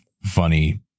funny